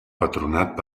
patronat